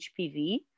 HPV